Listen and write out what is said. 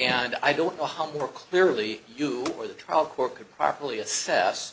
and i don't know how more clearly you or the trial court could properly assess